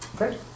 Okay